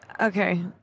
Okay